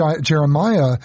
Jeremiah